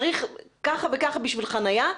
צריך כך וכך בשביל חניה,